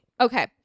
Okay